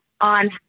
on